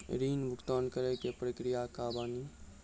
ऋण भुगतान करे के प्रक्रिया का बानी?